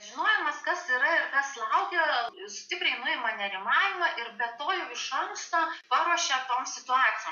žinojimas kas yra ir kas laukia stipriai nuima nerimavimą ir be to jau iš anksto paruošia tom situacijom